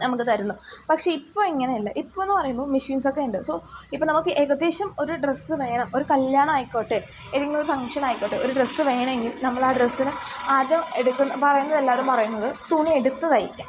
നമുക്ക് തരുന്നു പക്ഷെ ഇപ്പം ഇങ്ങനെയല്ല ഇപ്പമെന്നു പറയുമ്പോൾ മെഷീൻസൊക്കെ ഉണ്ട് സോ ഇപ്പം നമുക്ക് ഏകദേശം ഒരു ഡ്രസ്സ് വേണം ഒരു കല്ല്യാണമായിക്കോട്ടെ ഇല്ലെങ്കിലൊരു ഫങ്ഷൻ ആയിക്കോട്ടെ ഒരു ഡ്രസ്സ് വേണമെങ്കിൽ നമ്മൾ ആ ഡ്രസ്സിന് ആദ്യം എടുക്കുന്നു പറയുന്നതെല്ലാവരും പറയുന്നത് തുണി എടുത്ത് തയ്ക്കാൻ